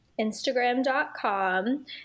instagram.com